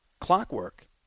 clockwork